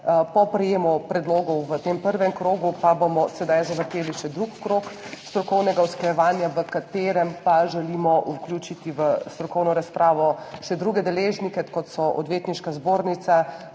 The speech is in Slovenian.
Po prejemu predlogov v tem prvem krogu pa bomo sedaj zavrteli še drugi krog strokovnega usklajevanja, v katerem pa želimo vključiti v strokovno razpravo še druge deležnike, kot so Odvetniška zbornica,